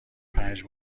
پنج